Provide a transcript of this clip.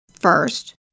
First